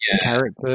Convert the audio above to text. character